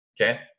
okay